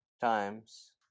times